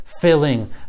filling